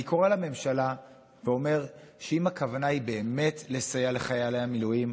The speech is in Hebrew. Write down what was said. אני קורא לממשלה ואומר שאם הכוונה היא באמת לסייע לחיילי המילואים,